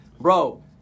bro